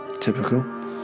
Typical